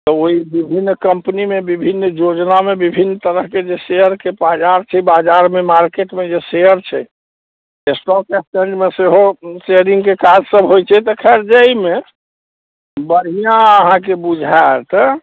तऽ ओइ विभिन्न कम्पनीमे विभिन्न योजनामे विभिन्न तरहके जे शेयर बाजार छै बाजारमे मार्केटमे जे शेयर छै स्टॉक एक्सचेेंजमे सेहो शेयरिंगके काज सभ होइ छै तऽ खैर जाहिमे बढ़िआँ अहाँके बुझैत